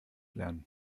lernen